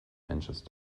manchester